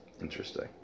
Interesting